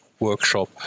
workshop